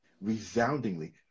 resoundingly